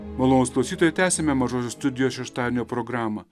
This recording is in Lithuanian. malonūs klausytojai tęsiame mažosios studijos šeštadienio programą